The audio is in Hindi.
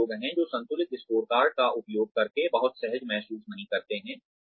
ऐसे लोग हैं जो संतुलित स्कोरकार्ड का उपयोग करके बहुत सहज महसूस नहीं करते हैं